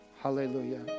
Hallelujah